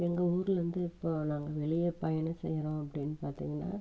எங்கள் ஊருலேருந்து இப்போது நாங்கள் வெளியே பயணம் செய்கிறோம் அப்படின்னு பார்த்திங்கனா